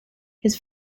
his